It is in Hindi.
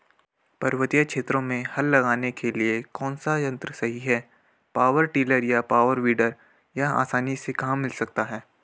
पर्वतीय क्षेत्रों में हल लगाने के लिए कौन सा यन्त्र सही है पावर टिलर या पावर वीडर यह आसानी से कहाँ मिल सकता है?